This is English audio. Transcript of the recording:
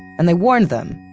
and they warned them,